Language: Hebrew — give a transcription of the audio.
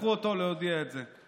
לקחו אותו להודיע את זה.